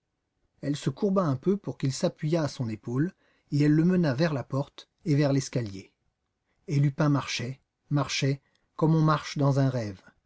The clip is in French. elle se courba un peu pour qu'il s'appuyât à son épaule et elle le mena vers la porte et vers l'escalier et lupin marchait marchait comme on marche dans un rêve